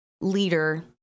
leader